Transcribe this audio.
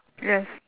yes